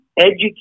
educate